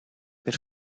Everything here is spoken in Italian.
per